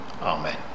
Amen